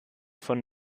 von